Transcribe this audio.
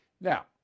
Now